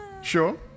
Sure